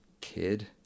kid